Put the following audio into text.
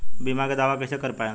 बीमा के दावा कईसे कर पाएम?